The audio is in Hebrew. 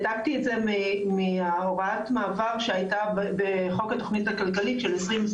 העתקתי את זה מהוראת המעבר שהייתה בחוק התוכנית הכלכלית של 2021